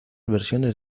versiones